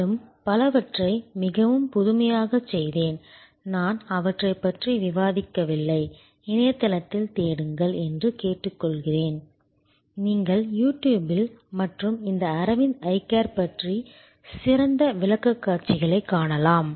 மேலும் பலவற்றை மிகவும் புதுமையாகச் செய்தேன் நான் அவற்றைப் பற்றி விவாதிக்கவில்லை இணையத்தில் தேடுங்கள் என்று கேட்டுக்கொள்கிறேன் நீங்கள் யூ டியூப்பில் மற்றும் இந்த அரவிந்த் ஐ கேர் பற்றிய சிறந்த விளக்கக்காட்சிகளைக் காணலாம்